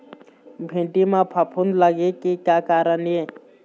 भिंडी म फफूंद लगे के का कारण ये?